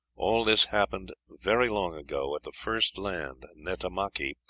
all this happened very long ago, at the first land, netamaki,